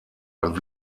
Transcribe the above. ein